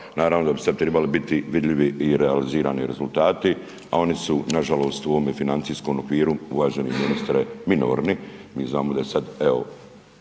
Naravno da bi sad trebali biti vidljivi i realizirani rezultati, a oni su nažalost u ovome financijskom okviru uvaženi ministre minorni. Mi znamo da je sad, evo